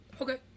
Okay